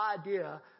idea